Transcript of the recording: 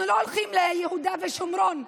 אנחנו לא הולכים ליהודה ושומרון,